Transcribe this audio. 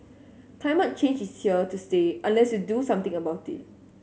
climate change is here to stay unless you do something about it